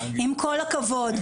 עם כל הכבוד.